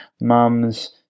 Mums